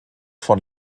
von